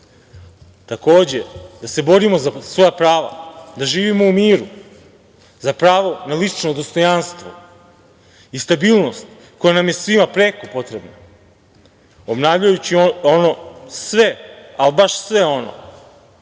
živimo. Takođe da se borimo za svoja prava, da živimo u miru, za pravo na lično dostojanstvo, i stabilnost koja nam je svima preko potrebna, obnavljajući sve ono, ali baš sve ono